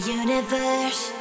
universe